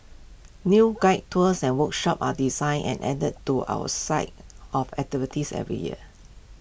new guided tours and workshops are designed and added to our site of activities every year